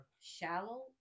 shallow